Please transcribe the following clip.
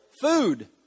food